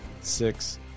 Six